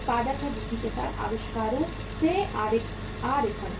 उत्पादन में वृद्धि के साथ आविष्कारों से आरेखण